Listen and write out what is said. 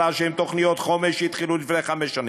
שהן תוכניות חומש שהתחילו לפני חמש שנים.